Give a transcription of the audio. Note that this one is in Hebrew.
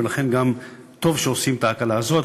ולכן גם טוב שעושים את ההקלה הזאת.